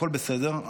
הכול בסדר,